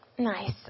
Nice